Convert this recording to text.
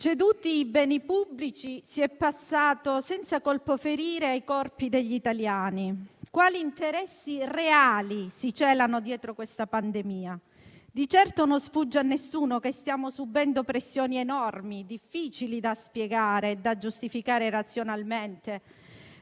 ceduti i beni pubblici si è passati, senza colpo ferire, ai corpi degli italiani. Quali interessi reali si celano dietro questa pandemia? Di certo, non sfugge a nessuno che stiamo subendo pressioni enormi, difficili da spiegare e da giustificare razionalmente,